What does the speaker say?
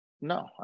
No